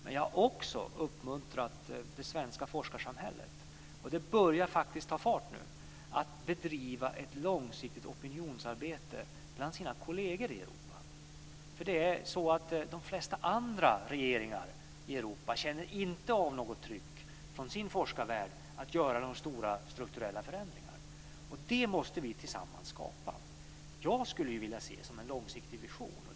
Men jag har också uppmuntrat det svenska forskarsamhället, och det börjar faktiskt att ta fart nu, att bedriva ett långsiktigt opinionsarbete bland sina kolleger i Europa. De flesta andra regeringar i Europa känner inte av något tryck från sin forskarvärld att göra några stora strukturella förändringar, och det måste vi tillsammans skapa. Jag skulle vilja se det som en långsiktig vision.